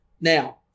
now